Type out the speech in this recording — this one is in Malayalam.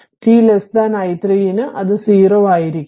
t i3 ന് അത് 0 ആയിരിക്കും